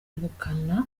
ubukana